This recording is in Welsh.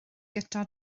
guto